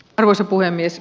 arvoisa puhemies